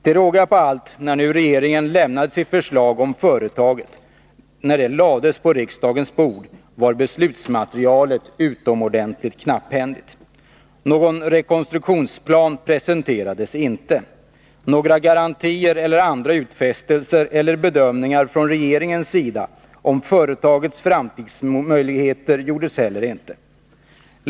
Till råga på allt, när nu regeringens förslag om företaget lades på riksdagens bord, var beslutsmaterialet utomordentligt knapphändigt. Någon rekonstruktionsplan presenterades inte. Några garantier eller andra utfästelser eller bedömningar från regeringen om företagets framtidsmöjligheter gjordes heller inte.